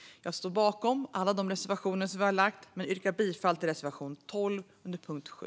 Jag står bakom alla reservationer som vi har lagt fram, men jag yrkar bifall till endast reservation 12 under punkt 7.